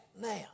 now